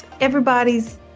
Everybody's